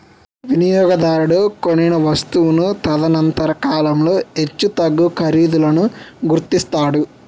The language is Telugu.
వినియోగదారుడు కొనిన వస్తువును తదనంతర కాలంలో హెచ్చుతగ్గు ఖరీదులను గుర్తిస్తాడు